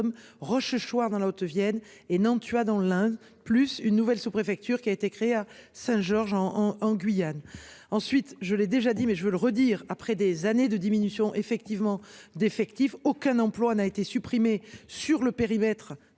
Somme Rochechouart dans la Haute-Vienne et Nantua, dans l'Ain, plus une nouvelle sous-préfecture qui a été créée à Saint-Georges en en Guyane, ensuite je l'ai déjà dit mais je veux le redire après des années de diminution effectivement d'effectifs aucun emploi n'a été supprimé sur le périmètre